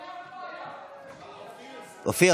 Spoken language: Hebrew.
אופיר,